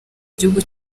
igihugu